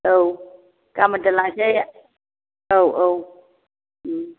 औ गाबोन दोनलांनोसै औ औ